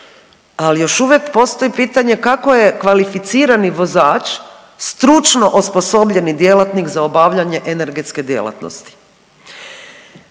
ali još uvijek postoji pitanje kako je kvalificirani vozač stručno osposobljeni djelatnik za obavljanje energetske djelatnosti.